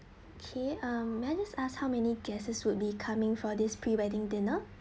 k um menace us how many guests would be coming for this pre-wedding dinner